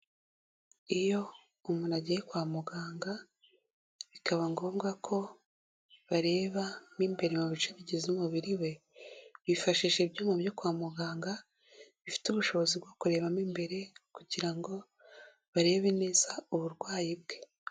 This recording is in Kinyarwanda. Iyo umuntu agiye kwa muganga bikaba ngombwa ko bareba mo imbere mu bice bigize umubiri we, bifashisha ibyuma byo kwa muganga bifite ubushobozi bwo kureba mo imbere kugira ngo barebe neza uburwayi bwe.